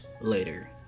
later